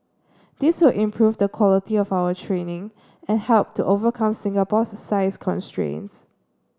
this will improve the quality of our training and help to overcome Singapore's size constraints